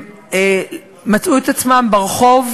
והם מצאו את עצמם ברחוב,